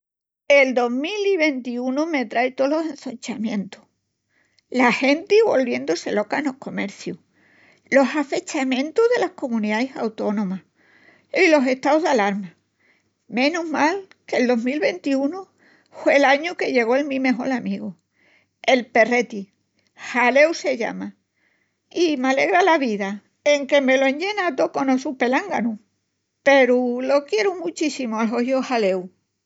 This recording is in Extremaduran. El dos mil i ventiunu me trai tolos ençonchamientus, la genti golviendu-si loca enos comercius, los afechamientus delas comuniais autónomas, los estaus d'alarma... Menus mal que el dos mil i ventiunu hue l'añu que llegó el mi mejol amigu, el perreti, Haleu se llama i m'alegra la vida enque me lo enllena tó conos sus pelánganus. Peru lo quieru muchíssimu al hoíu Haleu!